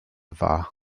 wahr